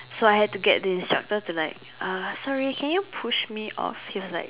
so I had to get the instructor to like uh sorry can you push me off he was like